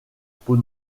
peau